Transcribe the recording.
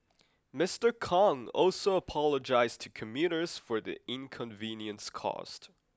Mister Kong also apologised to commuters for the inconvenience caused